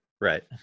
Right